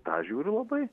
tą žiūriu labai